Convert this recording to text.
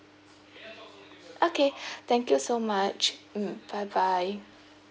okay thank you so much mm bye bye